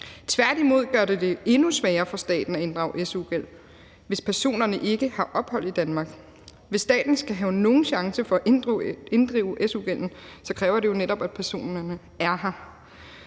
Tværtimod gør det det endnu sværere for staten at inddrive su-gæld, hvis personerne ikke har ophold i Danmark. Hvis staten skal have nogen chance for at inddrive su-gælden, kræver det netop, at personen er her.